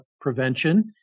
prevention